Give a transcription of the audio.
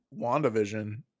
WandaVision